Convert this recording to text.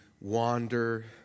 wander